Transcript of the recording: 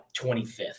25th